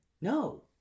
No